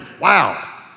wow